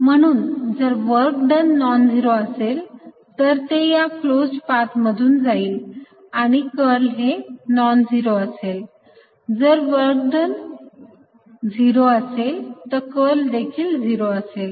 म्हणून जर work done non zero असेल तर ते या क्लोज्ड पाथ मधून जाईल आणि कर्ल हे नॉन झिरो असेल जर वर्क डन 0 असेल तर कर्ल हे देखील 0 असेल